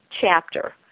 chapter